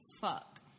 fuck